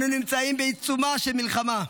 אנו נמצאים בעיצומה של מלחמה.